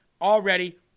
already